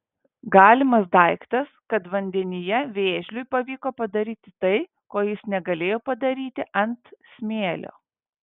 galimas daiktas kad vandenyje vėžliui pavyko padaryti tai ko jis negalėjo padaryti ant smėlio